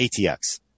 ATX